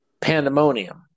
pandemonium